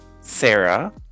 sarah